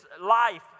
life